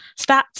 stats